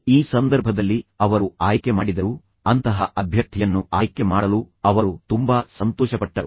ಈ ಸಂದರ್ಭದಲ್ಲಿ ಅವರು ಆಯ್ಕೆ ಮಾಡಿದರು ಅಂತಹ ಅಭ್ಯರ್ಥಿಯನ್ನು ಆಯ್ಕೆ ಮಾಡಲು ಅವರು ತುಂಬಾ ಸಂತೋಷಪಟ್ಟರು